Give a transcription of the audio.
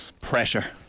pressure